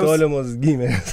tolimos giminės